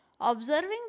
Observing